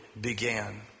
began